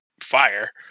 fire